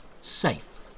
safe